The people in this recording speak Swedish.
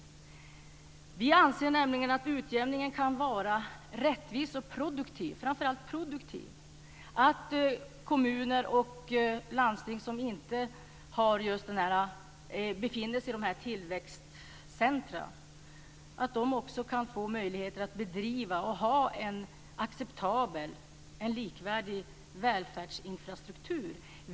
Vi anser nämligen att utjämningen kan vara rättvis och produktiv, framför allt produktiv, att kommuner och landsting som inte befinner sig i dessa tillväxtcentrum också kan få möjligheter att ha en acceptabel och likvärdig välfärdsinfrastruktur.